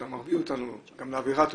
אתה מביא אותנו גם לאווירה טובה.